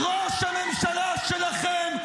ראש הממשלה שלכם.